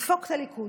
לדפוק את הליכוד.